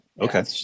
Okay